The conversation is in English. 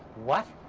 what?